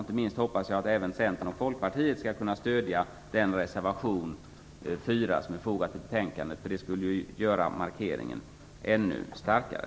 Inte minst hoppas jag att även Centern och Folkpartiet skall stödja reservation 4 som är fogad till betänkandet. Det skulle göra markeringen ännu starkare.